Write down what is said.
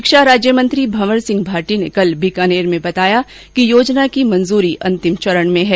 शिक्षा राज्यमंत्री भंवर सिंह भाटी ने कल बीकानेर में बताया कि योजना की मंजूरी अंतिम चरण में है